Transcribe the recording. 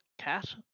cat